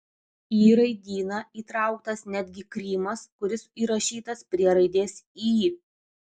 į raidyną įtrauktas netgi krymas kuris įrašytas prie raidės y